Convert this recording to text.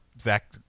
Zach